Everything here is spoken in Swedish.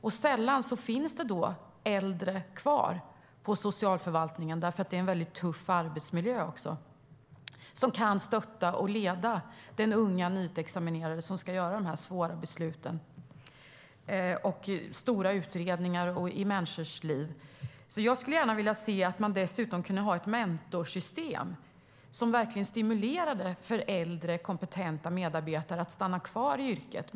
Eftersom det är en mycket tuff arbetsmiljö finns det sällan kvar äldre på socialförvaltningen som kan stötta och leda den unga nyutexaminerade som ska ta de här svåra besluten och göra stora utredningar om människors liv. Jag skulle gärna vilja se att man dessutom kunde ha ett mentorsystem som verkligen stimulerade äldre, kompetenta medarbetare att stanna kvar i yrket.